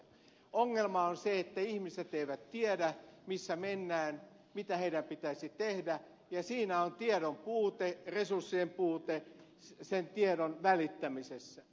ongelma on se että ihmiset eivät tiedä missä mennään mitä heidän pitäisi tehdä ja siinä on tiedon puute resurssien puute sen tiedon välittämisessä